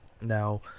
Now